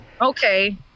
Okay